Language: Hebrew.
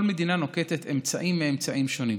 כל מדינה נוקטת אמצעים מאמצעים שונים.